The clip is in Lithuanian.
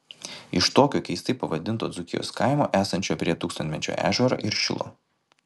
iš tokio keistai pavadinto dzūkijos kaimo esančio prie tūkstantmečio ežero ir šilo